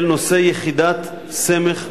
של נושא יחידת סמך ביטחונית.